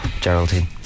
Geraldine